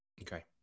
Okay